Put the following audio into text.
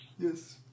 Yes